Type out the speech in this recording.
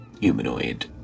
humanoid